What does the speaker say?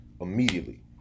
immediately